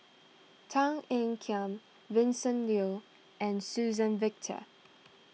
Tan Ean Kiam Vincent Leow and Suzann Victor